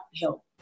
help